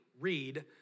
read